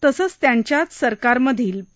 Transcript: तसंच त्यांच्याच सरकारमधील पी